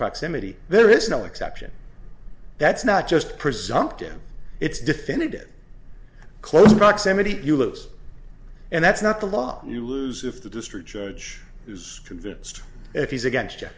proximity there is no exception that's not just presumption it's definitive close proximity you loose and that's not the law you lose if the district judge who's convinced if he's against y